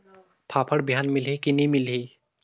फाफण बिहान मिलही की नी मिलही?